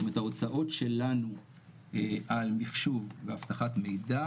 זאת אומרת ההוצאות שלנו על מחשוב ואבטחת מידע